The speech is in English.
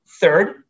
Third